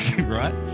right